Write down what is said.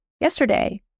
yesterday